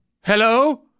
Hello